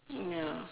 ya